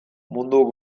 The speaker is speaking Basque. mundu